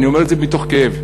ואני אומר את זה מתוך כאב,